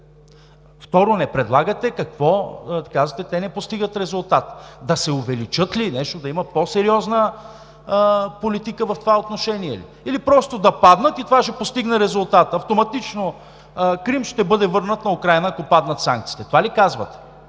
Второ, не предлагате какво? Казвате: те не постигат резултат. Да се увеличат ли? Да има по-сериозна политика в това отношение ли, или просто да паднат, и това ще постигне резултат? Автоматично Крим ще бъде върнат на Украйна, ако паднат санкциите. Това ли казвате?